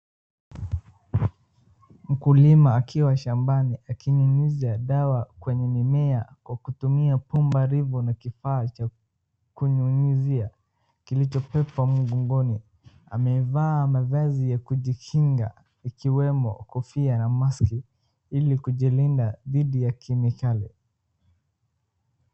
Mkulima akiwa shambani akinyunyuza dawa kwenye mimea kwa kutumia pumba ribo na kifaa cha kunyunyuzia kilichowekwa mgongoni. Amevaa mavazi ya kujikinga ikiwemo kofia na maski ili kujilinda dhidi ya kemikali.